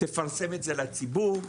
תפרסם את זה לציבור",